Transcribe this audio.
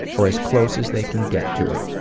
or as close as they can get to it.